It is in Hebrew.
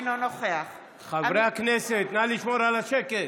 חברי הכנסת, נא לשמור על השקט.